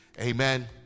Amen